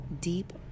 Deep